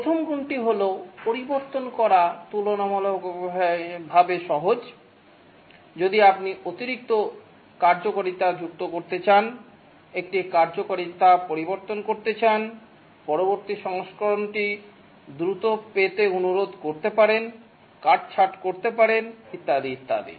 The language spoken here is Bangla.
প্রথম গুণটি পরিবর্তন করা তুলনামূলকভাবে সহজ যদি আপনি অতিরিক্ত কার্যকারিতা যুক্ত করতে চান একটি কার্যকারিতা পরিবর্তন করতে চান পরবর্তী সংস্করণটি দ্রুত পেতে অনুরোধ করতে পারেন কাটছাঁট করতে পারেন ইত্যাদি ইত্যাদি